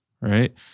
right